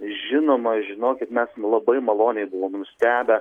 žinoma žinokit mes labai maloniai buvome nustebę